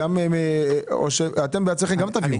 גם אתם תביאו.